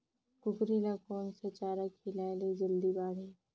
कूकरी ल कोन सा चारा खिलाय ल जल्दी बाड़ही?